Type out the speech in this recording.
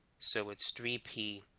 so it's three p